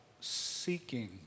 seeking